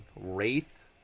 Wraith